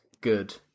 good